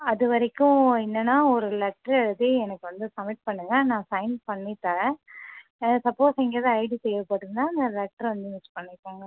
அது வரைக்கும் என்னென்னா ஒரு லெட்டர் எழுதி எனக்கு வந்து சப்மிட் பண்ணுங்கள் நான் சைன் பண்ணி தரேன் சப்போஸ் எங்கேயாவது ஐடி தேவைப்பட்டுதுனா அந்த லெட்டரை வந்து யூஸ் பண்ணிக்கோங்க